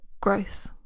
growth